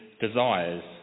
desires